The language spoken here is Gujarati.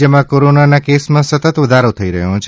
રાજ્યમાં કોરોનાના કેસમાં સતત વધારો થઈ રહ્યો છે